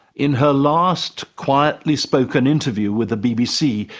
in her last quietly spoken interview with the bbc,